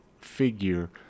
figure